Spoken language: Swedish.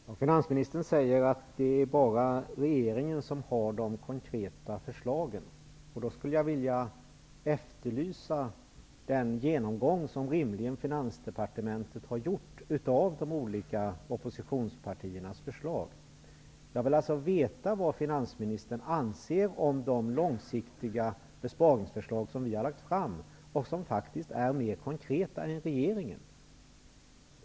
Herr talman! Finansministern säger att det är bara regeringen som har konkreta förslag. Men då efterlyser jag den genomgång som Finansdepartementet rimligen har gjort av de olika oppositionspartiernas förslag. Jag vill alltså veta vad finansministern anser om de långsiktiga besparingsförslag som vi har lagt fram och som faktiskt är mer konkreta än regeringens.